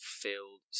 filled